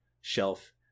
Shelf